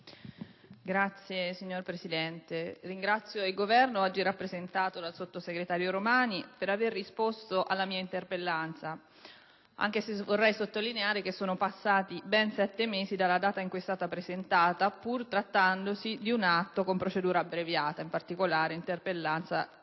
*(PD)*. Signor Presidente, ringrazio il Governo, oggi rappresentato dal sottosegretario Romani, per aver risposto alla mia interpellanza, anche se vorrei sottolineare che sono passati ben sette mesi dalla data in cui è stata presentata, pur trattandosi di un atto con procedura abbreviata e, in particolare, di un'interpellanza con